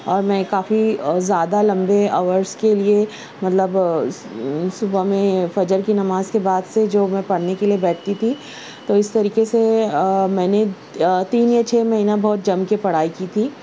اور میں کافی زیادہ لمبے اورش کے لیے مطلب صبح میں فجر کی نماز کے بعد سے جو میں پڑھنے کے لیے بیٹھتی تھی تو اس طریقے سے میں نے تین یا چھ مہینہ بہت جم کے پڑھائی کی تھی